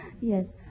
Yes